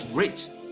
rich